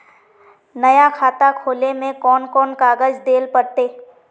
नया खाता खोले में कौन कौन कागज देल पड़ते?